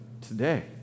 today